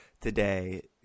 today